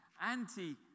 anti